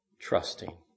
trusting